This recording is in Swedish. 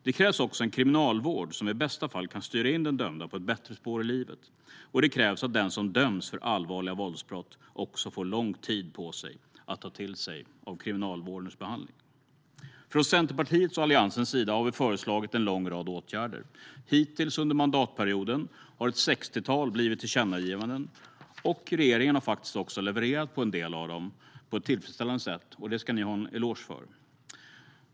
Det krävs också en kriminalvård som i bästa fall kan styra in den dömda på ett bättre spår i livet, och det krävs att den som döms för allvarliga våldsbrott också får lång tid att ta till sig av Kriminalvårdens behandling. Från Centerpartiets och Alliansens sida har vi föreslagit en lång rad åtgärder. Hittills under mandatperioden har ett sextiotal blivit tillkännagivanden, och regeringen har faktiskt också levererat på en del av dem på ett tillfredsställande sätt. Det ska ni ha en eloge för.